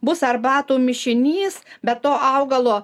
bus arbatų mišinys be to augalo